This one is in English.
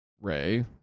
Ray